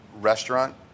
Restaurant